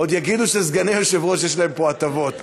עוד יגידו שסגני יושב-ראש יש להם פה הטבות.